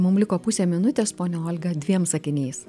mum liko pusė minutės ponia olga dviem sakiniais